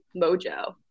mojo